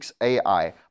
AI